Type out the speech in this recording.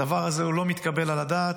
הדבר הזה לא מתקבל על הדעת.